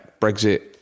Brexit